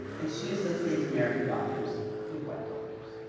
and she associates american doctors with white doctors.